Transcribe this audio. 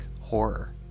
horror